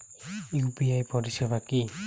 UPI পরিসেবা কি?